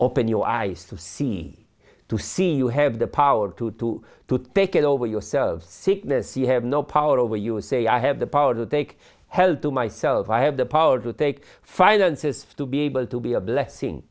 open your eyes to see to see you have the power to do to take it over yourselves sickness you have no power over you say i have the power to take hell to myself i have the power to take finances to be able to be a blessing